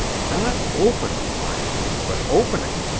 not opened, mind you, but opening.